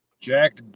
Jack